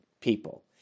people